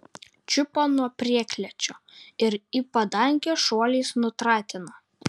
čiupo nuo prieklėčio ir į padangę šuoliais nutratino